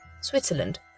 switzerland